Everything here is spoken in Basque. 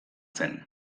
zen